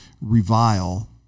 revile